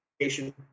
Patient